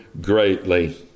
greatly